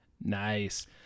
Nice